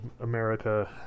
america